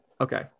Okay